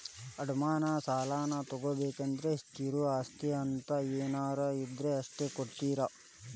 ಅಡಮಾನ ಸಾಲಾನಾ ತೊಗೋಬೇಕಂದ್ರ ಸ್ಥಿರ ಆಸ್ತಿ ಅಂತ ಏನಾರ ಇದ್ರ ಅಷ್ಟ ಕೊಡ್ತಾರಾ